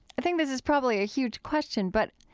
i think this is probably a huge question, but,